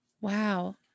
Wow